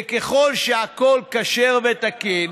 וככל שהכול כשר ותקין,